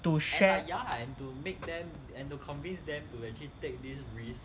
to share